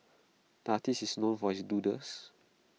the artist is known for his doodles